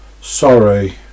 Sorry